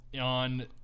on